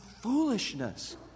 foolishness